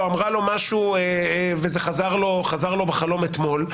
אמרה לו משהו וזה חזר לו בחלום אתמול,